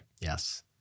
Yes